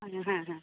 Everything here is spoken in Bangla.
হ্যাঁ হ্যাঁ